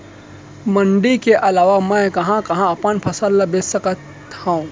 मण्डी के अलावा मैं कहाँ कहाँ अपन फसल ला बेच सकत हँव?